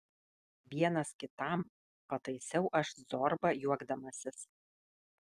vienas kitam pataisiau aš zorbą juokdamasis